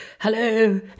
Hello